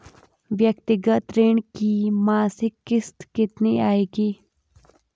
व्यक्तिगत ऋण की मासिक किश्त कितनी आएगी?